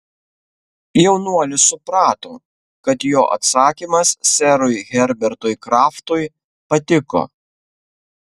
jaunuolis suprato kad jo atsakymas serui herbertui kraftui patiko